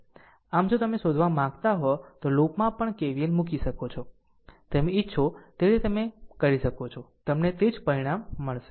આમ જો તમે શોધવા માંગતા હો તો આ લૂપમાં પણ KVL મૂકી શકો છો તમે ઇચ્છો તે રીતે તમે કરી શકો છો તમને તે જ પરિણામ મળશે